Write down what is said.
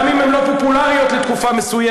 גם אם הן לא פופולריות לתקופה מסוימת.